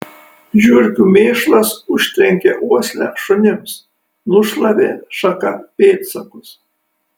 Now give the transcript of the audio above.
žiurkių mėšlas užtrenkė uoslę šunims nušlavė šaka pėdsakus